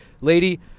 lady